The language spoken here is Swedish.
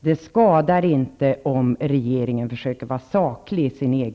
Det skadar inte att regeringen försöker att vara saklig i sin EG